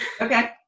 Okay